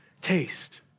taste